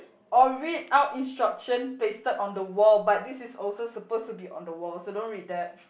or read out instruction pasted on the wall but this also supposed to be on the wall so don't read that